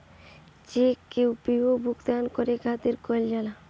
check कअ उपयोग भुगतान करे खातिर कईल जाला